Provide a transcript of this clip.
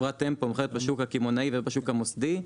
חברת טמפו מוכרת בשוק הקמעונאי ובשוק המוסדי,